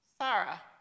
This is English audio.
Sarah